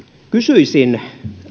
kysyisin